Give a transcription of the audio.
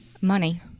Money